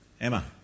Emma